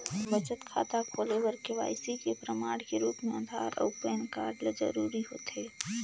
बचत खाता खोले बर के.वाइ.सी के प्रमाण के रूप म आधार अऊ पैन कार्ड ल जरूरी होथे